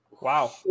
Wow